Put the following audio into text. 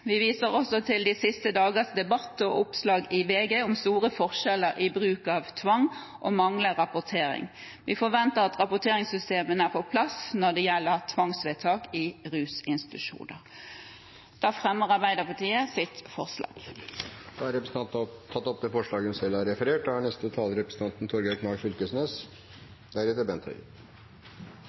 Vi viser også til de siste dagers debatt og oppslag i VG om store forskjeller i bruk av tvang og om manglende rapportering. Vi forventer at rapporteringssystemene er på plass når det gjelder tvangsvedtak i rusinstitusjoner. Da tar jeg opp Arbeiderpartiets forslag. Representanten Ruth Grung har tatt opp det forslaget hun